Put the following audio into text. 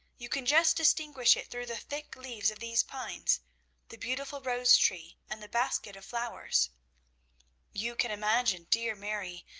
you can just distinguish it through the thick leaves of these pines the beautiful rose tree and the basket of flowers you can imagine, dear mary,